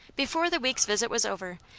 before the week's visit was over,